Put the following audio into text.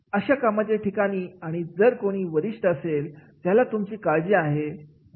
अशा कामाच्या ठिकाणी आणि जर कोणी वरिष्ठ असेल ज्याला तुमची काळजी आहे